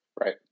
Right